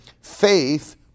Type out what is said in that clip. faith